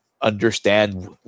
understand